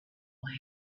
boy